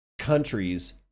Countries